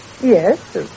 Yes